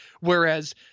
Whereas